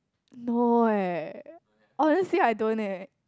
no eh honestly I don't eh